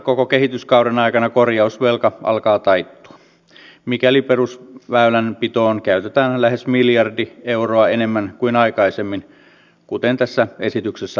edustaja alanko kahiluoto kyllä minä ainakin luen näitä teidän kannanottojanne niin että te olette erittäin kovalla tavalla käyneet ministeri stubbin kimppuun